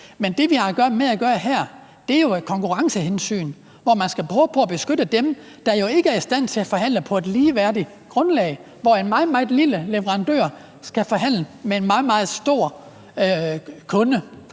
Men det, vi har med at gøre her, er jo et konkurrencehensyn, hvor man skal prøve på at beskytte dem, der ikke er i stand til at forhandle på et ligeværdigt grundlag; hvor en meget, meget lille leverandør skal forhandle med en meget, meget stor kunde,